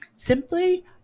Simply